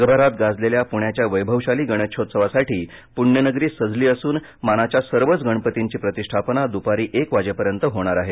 जगभरात गाजलेल्या पुण्याच्या वैभवशाली गणेशोत्सवासाठी पूण्यनगरी सजली असून मानाघ्या सर्वच गणपतींची प्रतिष्ठापना दूपारी एक वाजेपर्यंत होणार आहे